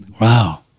Wow